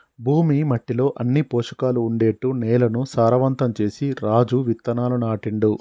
భూమి మట్టిలో అన్ని పోషకాలు ఉండేట్టు నేలను సారవంతం చేసి రాజు విత్తనాలు నాటిండు